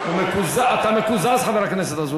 הוא מקוזז.